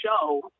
show